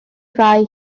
fai